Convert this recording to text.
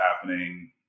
happening